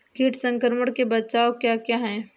कीट संक्रमण के बचाव क्या क्या हैं?